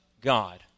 God